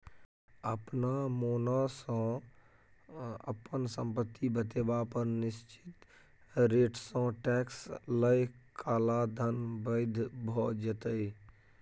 अपना मोनसँ अपन संपत्ति बतेबा पर निश्चित रेटसँ टैक्स लए काला धन बैद्य भ जेतै